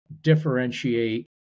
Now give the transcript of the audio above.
differentiate